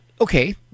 Okay